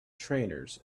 trainers